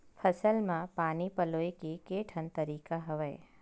फसल म पानी पलोय के केठन तरीका हवय?